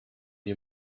you